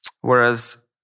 Whereas